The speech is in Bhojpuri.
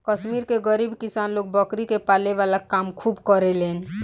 कश्मीर के गरीब किसान लोग बकरी के पाले वाला काम खूब करेलेन